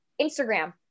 Instagram